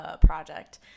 project